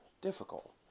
difficult